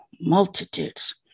multitudes